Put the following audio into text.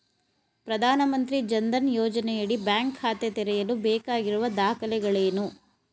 ಪ್ರಧಾನಮಂತ್ರಿ ಜನ್ ಧನ್ ಯೋಜನೆಯಡಿ ಬ್ಯಾಂಕ್ ಖಾತೆ ತೆರೆಯಲು ಬೇಕಾಗಿರುವ ದಾಖಲೆಗಳೇನು?